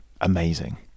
amazing